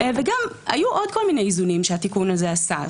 גם היו עוד כל מיני איזונים שהתיקון הזה עשה.